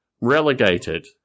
relegated